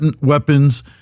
weapons